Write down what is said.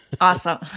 Awesome